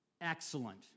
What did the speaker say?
Excellent